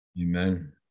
Amen